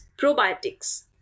probiotics